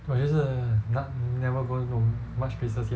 我就是 ne~ never go to much places yet